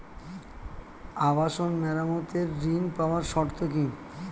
আবাসন মেরামতের ঋণ পাওয়ার শর্ত কি?